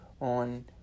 on